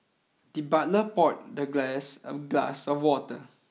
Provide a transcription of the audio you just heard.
the butler poured the guest a glass of water